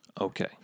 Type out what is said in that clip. Okay